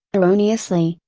erroneously,